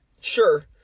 Sure